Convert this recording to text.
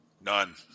none